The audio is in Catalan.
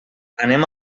anem